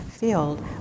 field